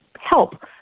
help